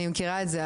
אני מכירה את זה,